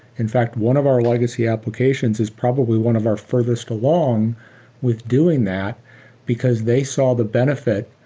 in fact, one of our legacy applications is probably one of our furthest along with doing that because they saw the benefit.